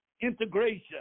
integration